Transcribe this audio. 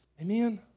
Amen